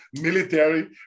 military